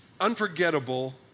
unforgettable